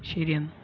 ശരി